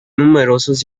numerosos